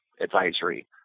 advisory